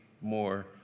more